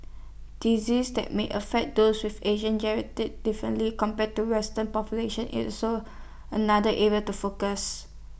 diseases that might affect those with Asian gerety differently compared to western population is also another area to focus